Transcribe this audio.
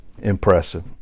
Impressive